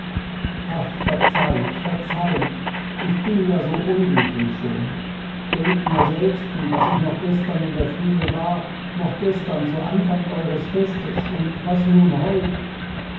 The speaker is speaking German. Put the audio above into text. ach verzeiht verzeiht ich bin ja so unglücklich schon denkt nur selbsten was ich noch gestern in der frühe war noch gestern zu anfang eures festes und was nun heut